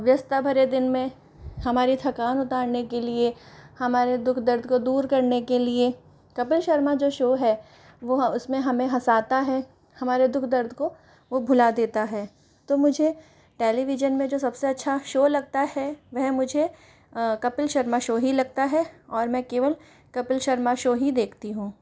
व्यस्तता भरे दिन में हमारी थकान उतारने के लिए हमारे दु ख दर्द को दूर करने के लिए कपिल शर्मा जो शो है वह उसमें हमें हसाता है हमारे दु ख दर्द को वह भुला देता है तो मुझे टेलिविजन में जो सबसे अच्छा शो लगता है वह मुझे कपिल शर्मा शो ही लगता है और मैं केवल कपिल शर्मा शो ही देखती हूँ